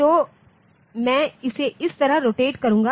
तो मैं इसे इस तरह रोटेट करूंगा